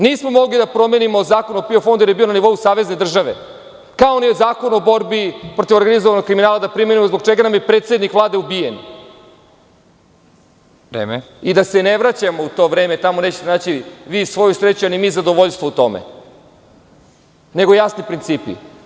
Nismo mogli da promenimo Zakon o PIO fondu, jer je bio na nivou savezne države, kao ni Zakon o borbi protiv organizovanog kriminala da primenimo, zbog čega nam je predsednik Vlade ubijen. (Predsednik: Vreme.) I da se ne vraćamo u to vreme, tamo nećete vi naći svoju sreću, a ni mi zadovoljstvo u tome, nego jasni principi.